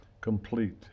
complete